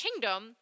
Kingdom